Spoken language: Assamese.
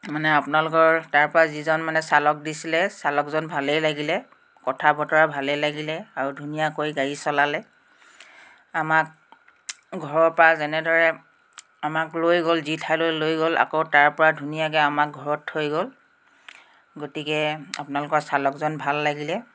মানে আপোনালোকৰ তাৰপৰা যিজন মানে চালক দিছিলে চালকজন ভালেই লাগিলে কথা বতৰা ভালেই লাগিলে আৰু ধুনীয়াকৈ গাড়ী চলালে আমাক ঘৰৰপৰা যেনেদৰে আমাক লৈ গ'ল যি ঠাইলৈ লৈ গ'ল আকৌ তাৰপৰা ধুনীয়াকৈ আমাক ঘৰত থৈ গ'ল গতিকে আপোনালোকৰ চালকজন ভাল লাগিলে